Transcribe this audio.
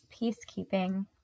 peacekeeping